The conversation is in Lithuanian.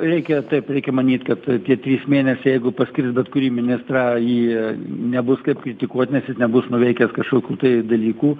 reikia taip reikia manyt kad tie trys mėnesiai jeigu paskiri bet kurį ministrą jį nebus kaip kritikuot nes jis nebus nuveikęs kažkokių tai dalykų